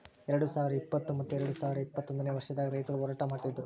ಎರಡು ಸಾವಿರ ಇಪ್ಪತ್ತು ಮತ್ತ ಎರಡು ಸಾವಿರ ಇಪ್ಪತ್ತೊಂದನೇ ವರ್ಷದಾಗ್ ರೈತುರ್ ಹೋರಾಟ ಮಾಡಿದ್ದರು